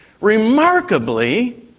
remarkably